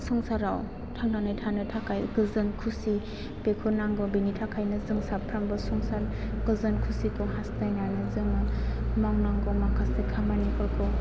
संसाराव थांननै थानो थाखाय गोजोन खुसि बेखौ नांगौ बेनि थाखायनो जों साफ्रामबो संसार गोजोन खुसिखौ हास्थायनानै जोङो मावनांगौ माखासे खामानिफोरखौ